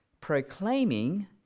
proclaiming